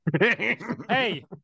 Hey